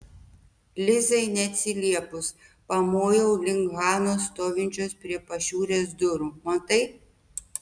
lizai neatsiliepus pamojau link hanos stovinčios prie pašiūrės durų matai